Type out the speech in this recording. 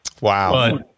Wow